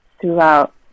throughout